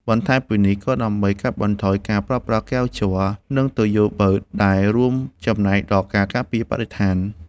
បន្ថែមពីនេះ ក៏ដើម្បីកាត់បន្ថយការប្រើប្រាស់កែវជ័រ និងទុយោបឺត ដែលរួមចំណែកដល់ការការពារបរិស្ថាន។